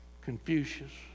Confucius